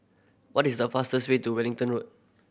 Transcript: what is the fastest way to Wellington Road